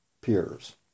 peers